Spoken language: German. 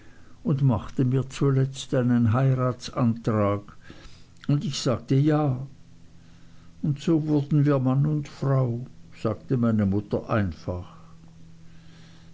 und machte mir zuletzt einen heiratsantrag und ich sagte ja und so wurden wir mann und frau sagte meine mutter einfach